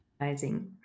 Amazing